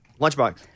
Lunchbox